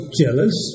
jealous